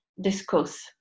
discuss